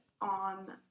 on